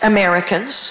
Americans